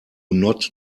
not